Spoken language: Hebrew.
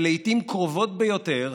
ולעיתים קרובות ביותר,